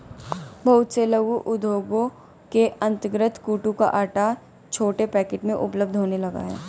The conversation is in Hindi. बहुत से लघु उद्योगों के अंतर्गत कूटू का आटा छोटे पैकेट में उपलब्ध होने लगा है